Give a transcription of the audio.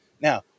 Now